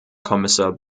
kommissar